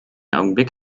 augenblick